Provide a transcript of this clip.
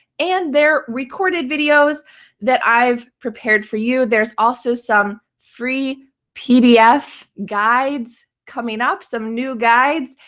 and they're recorded videos that i've prepared for you. there's also some free pdf guides coming up, some new guides,